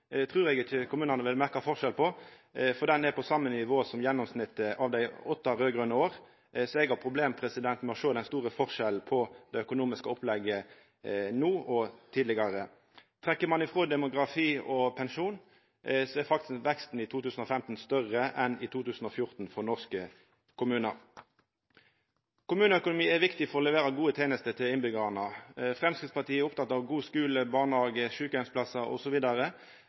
eg ikkje kommunane vil merkja forskjell på, for den er på same nivå som gjennomsnittet av dei åtte raud-grøne åra, så eg har problem med å sjå den store forskjellen på det økonomiske opplegget no og tidlegare. Trekkjer ein frå demografi og pensjon, er faktisk veksten i 2015 større enn i 2014 for norske kommunar. Kommuneøkonomi er viktig for å levera gode tenester til innbyggjarane. Me i Framstegspartiet er opptekne av god skule, barnehage, sjukeheimsplassar